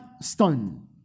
stone